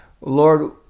Lord